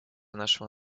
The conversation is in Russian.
нашего